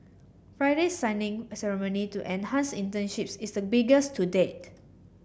Friday's signing ceremony to enhance internships is the biggest to date